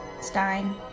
stein